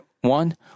one